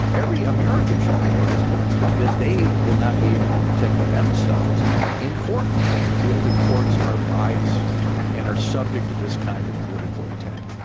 every american should realize that they will not be able to protect themselves in court if the courts are biased and are subject to this kind of political attack